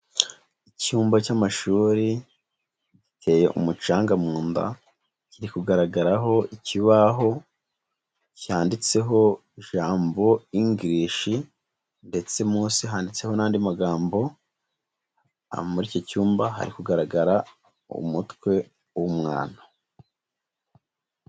Icyumba cy'amashuri giteye umucanga mu nda, kiri kugaragaraho ikibaho cyanditseho ijambo English ndetse munsi handitseho n'andi magambo, muri iki cyumba hari kugaragara umutwe w'umwana.